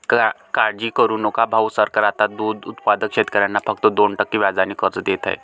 काळजी करू नका भाऊ, सरकार आता दूध उत्पादक शेतकऱ्यांना फक्त दोन टक्के व्याजाने कर्ज देत आहे